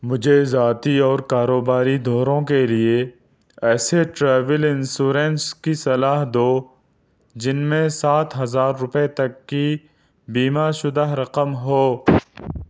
مجھے ذاتی اور کاروباری دوروں کے لیے ایسے ٹریول انشورنس کی صلاح دو جن میں سات ہزار روپئے تک کی بیمہ شدہ رقم ہو